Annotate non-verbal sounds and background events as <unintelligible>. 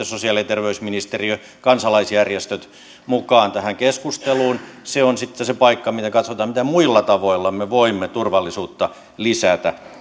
<unintelligible> sosiaali ja terveysministeriö ja kansalaisjärjestöt tulevat mukaan tähän keskusteluun se on sitten se paikka missä katsotaan millä muilla tavoilla me voimme turvallisuutta lisätä